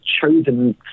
chosen